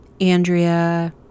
Andrea